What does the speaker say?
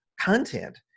content